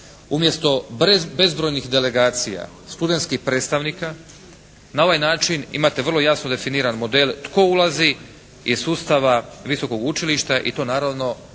Umjesto bezbrojnih delegacija studentskih predstavnika, na ovaj način imate vrlo jasno definiran model tko ulazi iz sustava visokog učilišta i to naravno oni